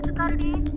party